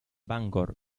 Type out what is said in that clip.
bangor